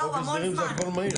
חוק הסדרים זה הכל מהיר.